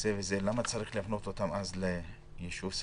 למה צריך להפנות אותם ליישוב סכסוך?